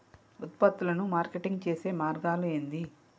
ఉత్పత్తులను మార్కెటింగ్ చేసే మార్గాలు ఏంది?